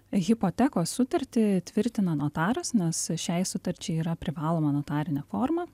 hipotekos sutartį tvirtina notaras nes šiai sutarčiai yra privaloma notarinė forma